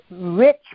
rich